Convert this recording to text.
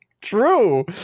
True